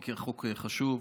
כי החוק חשוב.